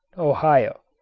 ohio.